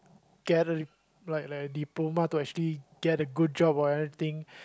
get a like like a diploma to actually get a good job or anything